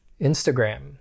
Instagram